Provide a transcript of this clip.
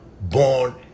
born